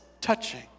touching